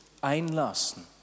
einlassen